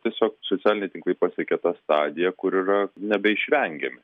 tiesiog socialiniai tinklai pasiekė tą stadiją kur yra nebeišvengiami